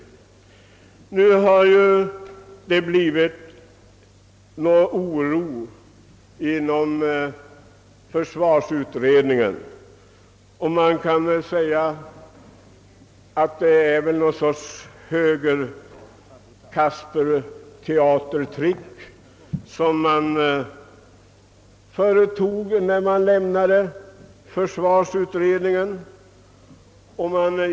Nu har det uppstått oro inom försvarsutredningen. Det var väl någon sorts kasperteatertrick högerns representanter tog till när de lämnade försvarsutredningen.